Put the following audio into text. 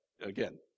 again